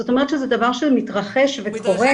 זאת אומרת שזה דבר שמתרחש וקורה.